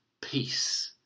peace